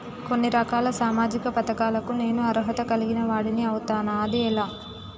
కొన్ని రకాల సామాజిక పథకాలకు నేను అర్హత కలిగిన వాడిని అవుతానా? అది ఎలా?